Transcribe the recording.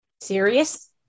serious